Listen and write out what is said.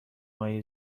های